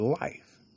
life